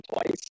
twice